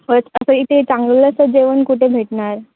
बरं असं इथे चांगलंसं जेवण कुठे भेटणार